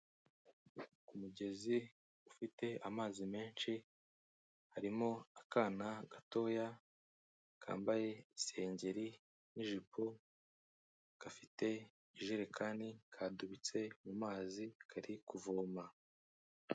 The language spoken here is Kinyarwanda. Ku mugezi ufite amazi menshi harimo akana gatoya kambaye isengeri n'ijipo, gafite ijerekani kadubitse mu mazi kari kuvoma.